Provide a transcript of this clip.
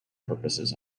purposes